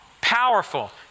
powerful